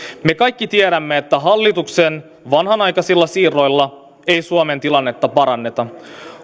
me kaikki tiedämme että hallituksen vanhanaikaisilla siirroilla ei suomen tilannetta paranneta